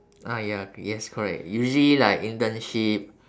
ah ya yes correct usually like internship